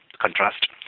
contrast